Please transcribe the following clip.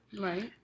right